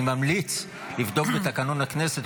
אני ממליץ לבדוק בתקנון הכנסת,